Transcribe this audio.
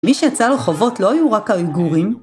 מי שיצא לרחובות לא היו רק האויגורים.